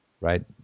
right